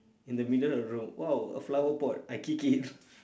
in the middle of the road !wow! a flower pot I kick it